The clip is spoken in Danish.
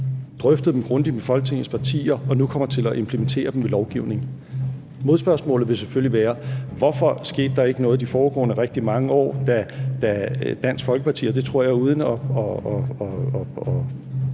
drøftet dem grundigt med Folketingets partier og kommer nu til at implementere dem ved lovgivning. Modspørgsmålet vil selvfølgelig være: Hvorfor skete der ikke noget de foregående rigtig mange år, da Dansk Folkeparti var en afgørende